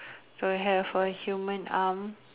to have a human arm